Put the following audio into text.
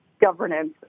governance